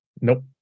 Nope